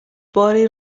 باری